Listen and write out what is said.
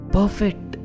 Perfect